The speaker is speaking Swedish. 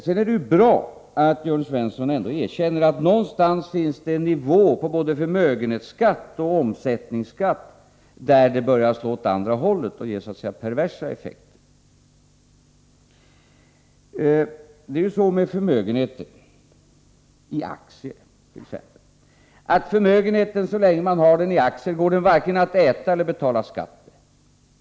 Sedan är det bra att Jörn Svensson ändå erkänner att någonstans finns en nivå på både förmögenhetsskatt och omsättningsskatt där beskattningen börjar slå åt andra hållet och ger så att säga perversa effekter. Det är ju så med t.ex. en förmögenhet i aktier att så länge man har den i aktier går den varken att äta för eller betala skatter med.